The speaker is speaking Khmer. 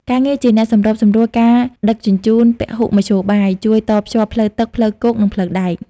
ការងារជាអ្នកសម្របសម្រួលការដឹកជញ្ជូនពហុមធ្យោបាយ ជួយតភ្ជាប់ផ្លូវទឹក ផ្លូវគោក និងផ្លូវដែក។